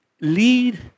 Lead